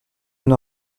une